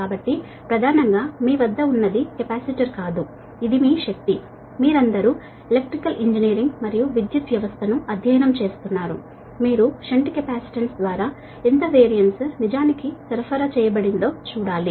కాబట్టి ప్రధానంగా మీ వద్ద ఉన్నది కెపాసిటర్ కాదు ఇది మీ పవర్ మీరందరూ ఎలక్ట్రికల్ ఇంజనీరింగ్ మరియు విద్యుత్ వ్యవస్థను అధ్యయనం చేస్తున్నారు మీరు షంట్ కెపాసిటర్ ద్వారా ఎంత VAR నిజానికి సరఫరా చేయబడిందో చూడాలి